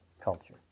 culture